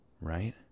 right